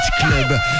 club